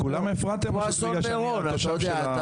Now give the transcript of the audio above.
אתה יודע,